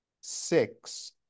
six